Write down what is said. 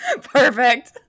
perfect